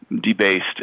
debased